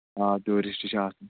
آ ٹیوٗرِسٹ چھِ آسان